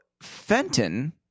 Fenton